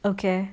okay